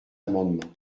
amendement